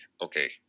okay